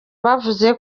bavuze